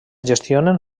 gestionen